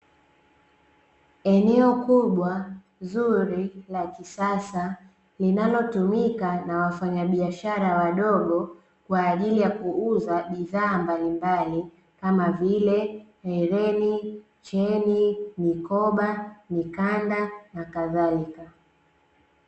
Eneo kubwa zuri la kisasa linalotumika na wafanyabiashara wadogo kwa ajili ya kuuza bidhaa mbalimbali kama vile hereni, cheni, mikoba, mikanda na kadhalika.